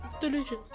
delicious